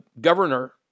governor